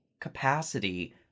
capacity